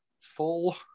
full